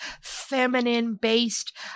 feminine-based